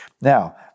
Now